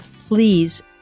please